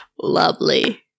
Lovely